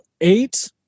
eight